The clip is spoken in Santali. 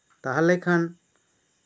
ᱛᱟᱦᱞᱮ ᱠᱷᱟᱱ